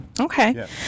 Okay